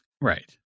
Right